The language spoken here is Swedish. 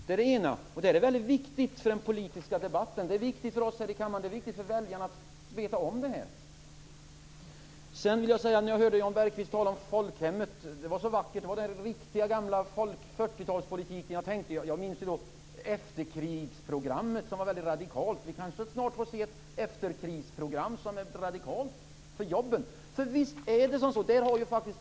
Det är det ena, och detta är viktigt för den politiska debatten. Det är också viktigt för oss i denna kammare och för väljarna att veta om detta. Jan Bergqvist talade så vackert om folkhemmet. Det var den riktiga, gamla 40-talspolitiken. Jag minns efterkrigsprogrammet, som var väldigt radikalt. Kanske får vi snart se ett radikalt efterkrisprogram för jobben.